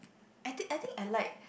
I think I think I like